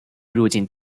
入境